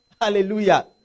hallelujah